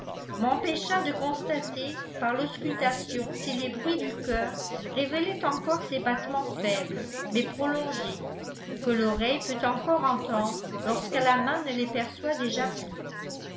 m'empêcha de constater par l'auscultation si les bruits du coeur révélaient encore ces battements faibles mais prolongés que l'oreille peut encore entendre lorsque la main ne les perçoit déjà plus